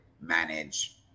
manage